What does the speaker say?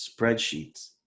spreadsheets